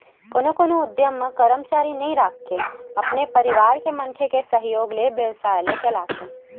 कोनो कोनो उद्यम म करमचारी नइ राखके अपने परवार के मनखे के सहयोग ले बेवसाय ल चलाथे